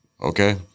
Okay